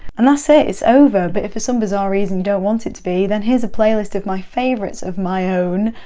and that's it! it's over! but if for some bizarre reason you don't want it to be then here's a playlist of my favourites of my own,